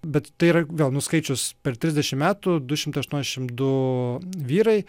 bet tai yra gal nu skaičius per trisdešimt metų du šimtai aštuoniasdešimt du vyrai